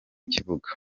kibuga